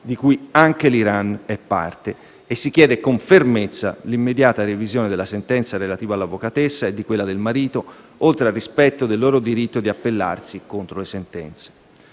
di cui anche l'Iran è parte, e si chiede con fermezza l'immediata revisione della sentenza relativa all'avvocatessa e di quella del marito, oltre al rispetto del loro diritto di appellarsi contro le sentenze.